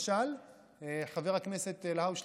חבר הכנסת אלהואשלה,